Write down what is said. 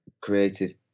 creative